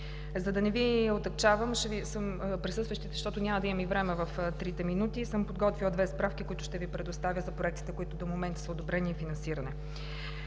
За да не отегчавам присъстващите, защото няма да имам време в трите минути, съм подготвила две справки, които ще Ви предоставя за проектите, които до момента са одобрени и финансирани.